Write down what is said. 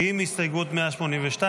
אם הסתייגות 182,